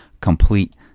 complete